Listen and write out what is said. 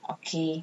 okay